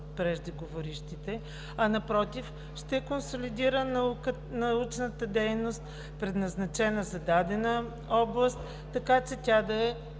от преждеговорившите, а напротив, ще консолидира научната дейност, предназначена за дадена област, така че тя да е